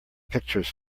pictures